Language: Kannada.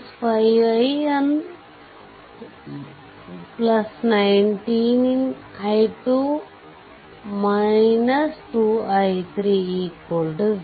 5i119i2 2i30